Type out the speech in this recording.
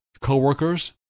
co-workers